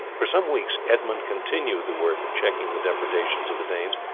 for some weeks edmund continued the work of checking the depredations of the danes,